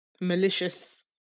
malicious